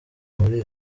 muri